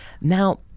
Now